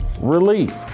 relief